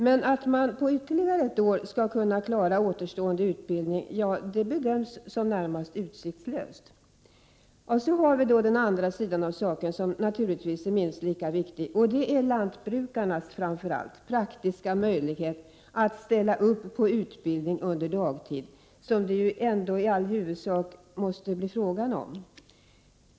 Men att man på ett år skall klara av den återstående utbildningen bedöms som närmast utsiktslöst. Den andra sidan av saken, som är minst lika viktig, gäller lantbrukarnas praktiska möjligheter att utbilda sig på dagtid, eftersom det är detta som det i huvudsak måste bli fråga om.